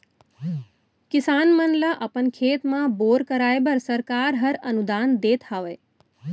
किसान मन ल अपन खेत म बोर कराए बर सरकार हर अनुदान देत हावय